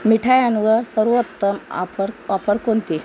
मिठायांवर सर्वोत्तम offer offer कोणती